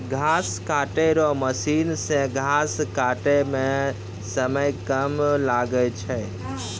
घास काटै रो मशीन से घास काटै मे समय कम लागै छै